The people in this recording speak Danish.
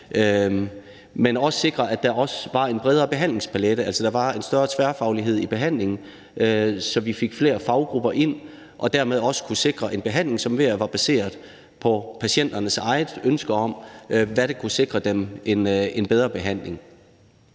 men også sikre, at der også var en bredere behandlingspalet, altså at der var en større tværfaglighed i behandlingen, så vi fik flere faggrupper ind og dermed også kunne sikre en behandling, som mere var baseret på patienternes eget ønske om, hvad der kunne sikre dem en bedre behandling.